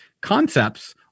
concepts